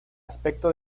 aspecto